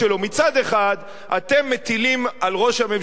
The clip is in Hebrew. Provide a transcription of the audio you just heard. מצד אחד אתם מטילים על ראש הממשלה את